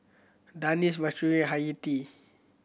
Danish Mahsuri and Hayati